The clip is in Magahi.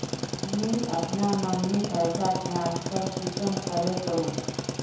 मुई अपना मम्मीक पैसा ट्रांसफर कुंसम करे करूम?